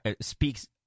speaks